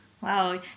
Wow